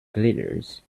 glitters